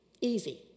easy